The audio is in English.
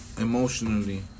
Emotionally